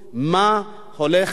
מה הולך להיות,